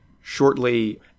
shortly